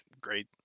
great